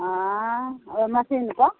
हँ ओहि मशीनके